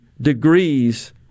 degrees